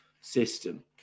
system